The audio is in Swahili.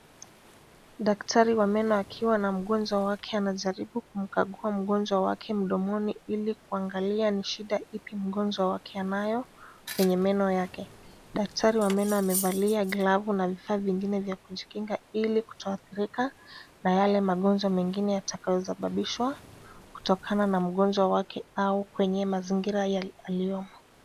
Daktari wa meno akiwa na mgonjwa wake, anajaribu kumkagua mgonjwa wake mdomoni ili kuangalia ni shida ipi mgonjwa wake anayo kwenye meno yake. Daktari wa meno amevalia glavu na vifaa vingine vya kujikinga ili kutoadhirika na yale magonjwa mengine yatakayosababishwa kutokana na mgonjwa wake au kwenye mazingira aliomo.